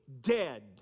dead